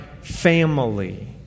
family